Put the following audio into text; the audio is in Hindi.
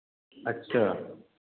अच्छा